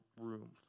room